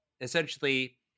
essentially